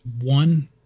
One